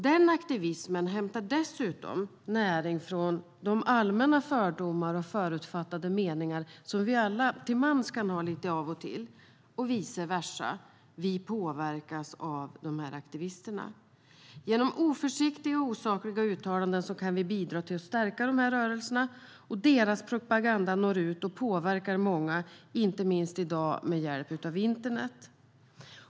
Den aktivismen hämtar dessutom näring från de allmänna fördomar och förutfattade meningar som vi lite till mans kan ha av och till, och vice versa, det vill säga vi påverkas av aktivisterna. Genom oförsiktiga och osakliga uttalanden kan vi bidra till att stärka dessa rörelser, och deras propaganda når ut och påverkar många, i dag inte minst med hjälp av internet.